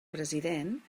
president